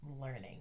learning